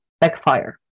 backfire